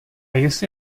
jestli